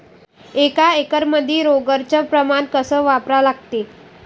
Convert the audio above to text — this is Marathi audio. एक एकरमंदी रोगर च प्रमान कस वापरा लागते?